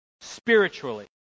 spiritually